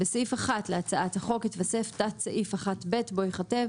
בסעיף 1 להצעת החוק יתווסף תת סעיף 1(ב), בו ייכתב